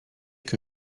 que